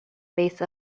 base